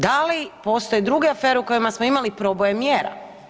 Da li postoje druge afere u kojima smo imali proboje mjera?